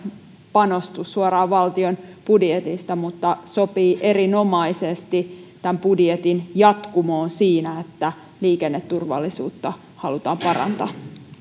panostus suoraan valtion budjetista mutta sopii erinomaisesti tämän budjetin jatkumoon siinä että liikenneturvallisuutta halutaan parantaa